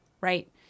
right